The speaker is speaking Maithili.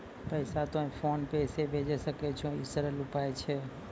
पैसा तोय फोन पे से भैजै सकै छौ? ई सरल उपाय छै?